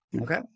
Okay